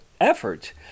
effort